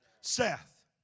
Seth